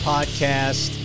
Podcast